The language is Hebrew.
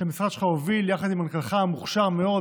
שהמשרד שלך הוביל יחד עם מנכ"לך המוכשר מאוד.